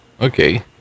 Okay